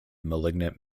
malignant